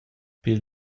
pil